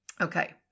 Okay